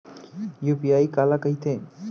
UPI काला कहिथे?